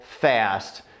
fast